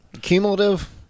Cumulative